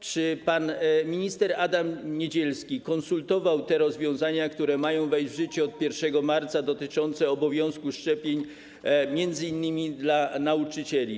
Czy pan minister Adam Niedzielski konsultował te rozwiązania, które mają wejść w życie od 1 marca, dotyczące obowiązku szczepień m.in. dla nauczycieli?